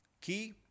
key